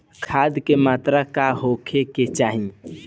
खाध के मात्रा का होखे के चाही?